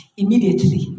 immediately